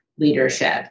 leadership